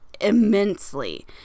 immensely